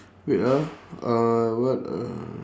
wait ah uh what uh